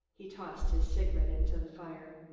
he tossed his cigarette into the fire.